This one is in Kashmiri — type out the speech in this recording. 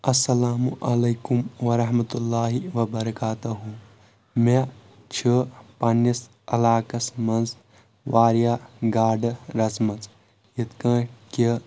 السلام علیکم ورحمتہ اللہ وبرکاتہ مےٚ چھِ پننِس علاقس منٛز واریاہ گاڈٕ رچہِ مٕژ یتھ کٲٹھۍ کہِ